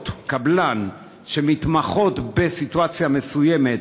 חברות קבלן שמתמחים בסיטואציה מסוימת,